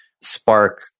spark